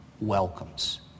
welcomes